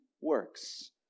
works